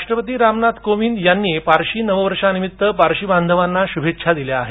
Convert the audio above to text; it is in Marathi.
राष्ट्रपती रामनाथ कोविंद यांनी पारशी नववर्षानिमित्त पारशी बांधवांना श्भेच्छा दिल्या आहेत